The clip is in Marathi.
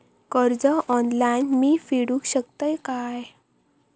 कर्ज ऑनलाइन मी फेडूक शकतय काय?